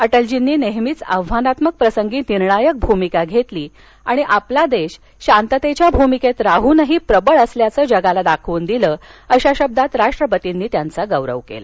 अटलर्जींनी नेहमी आव्हानात्मक प्रसंगी निर्णायक भूमिका घेतली आणि आपला देश शांततेच्या भूमिकेत राहनही प्रबळ असल्याचं जगाला दाखवून दिलं अशा शब्दांत राष्ट्रपती रामनाथ कोविंद यांनी त्यांचा गौरव केला